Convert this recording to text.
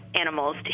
animals